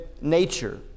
nature